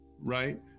right